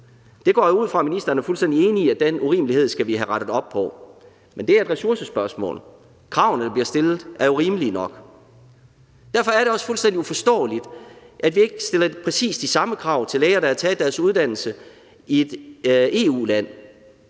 er fuldstændig enig i, at den urimelighed skal vi have rettet op på, men det er et ressourcespørgsmål. Kravene, der bliver stillet, er jo rimelige nok. Derfor er det også fuldstændig uforståeligt, at vi ikke stiller præcis de samme krav til læger, der har taget deres uddannelse i et EU-land.